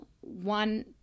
one